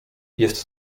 jest